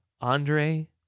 Andre